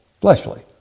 fleshly